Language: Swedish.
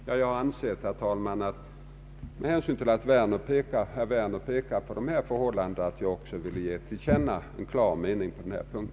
Jag ville, herr talman, med hänsyn till att herr Werner pekat på dessa förhållanden ge till känna en klar mening på denna punkt.